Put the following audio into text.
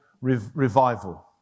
revival